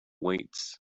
weights